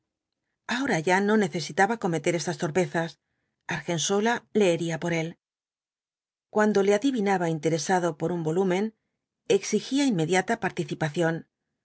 ahora ya no necesitaba cometer estas torpezas argensola leería por él cuando le adivinaba interesado por un volumen exigía inmediata participación